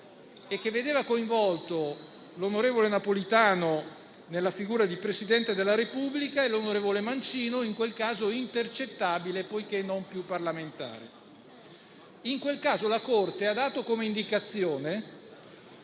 che vedeva coinvolto l'onorevole Napolitano, nella figura di Presidente della Repubblica, e l'onorevole Mancino, in quel caso intercettabile poiché non più parlamentare, in quel caso la Corte ha dato come indicazione,